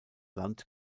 land